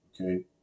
okay